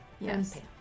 Yes